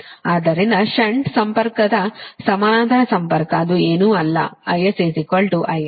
ಆದ್ದರಿಂದ ಷಂಟ್ ಸಂಪರ್ಕದ ಸಮಾನಾಂತರ ಸಂಪರ್ಕ ಅದು ಏನೂ ಇಲ್ಲ IS IR